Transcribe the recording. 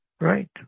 Right